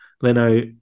Leno